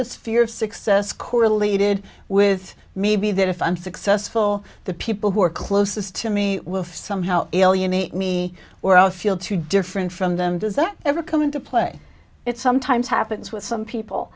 of success correlated with maybe that if i'm successful the people who are closest to me wolf somehow alienate me or i'll feel too different from them does that ever come into play it sometimes happens with some people